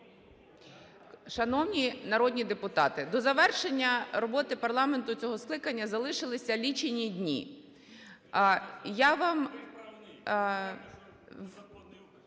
Шановні народні депутати! До завершення роботи парламенту цього скликання залишилися лічені дні.